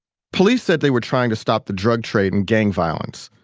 police said they were trying to stop the drug trade and gang violence,